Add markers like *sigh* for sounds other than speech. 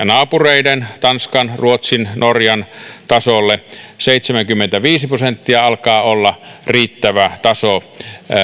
*unintelligible* naapureiden tanskan ruotsin norjan tasolle seitsemänkymmentäviisi prosenttia alkaa olla riittävä taso